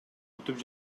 күтүп